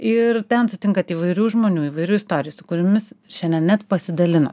ir ten sutinkat įvairių žmonių įvairių istorijų su kuriomis šiandien net pasidalino